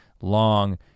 long